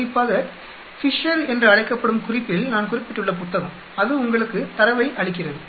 குறிப்பாக ஃபிஷர் என்று அழைக்கப்படும் குறிப்பில் நான் குறிப்பிட்டுள்ள புத்தகம் அது உங்களுக்கு தரவை அளிக்கிறது